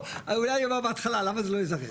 אולי הוא אמר בהתחלה למה זה לא יזרז,